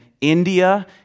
India